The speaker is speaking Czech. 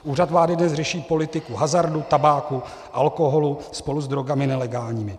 Úřad vlády dnes řeší politiku hazardu, tabáku, alkoholu spolu s drogami nelegálními.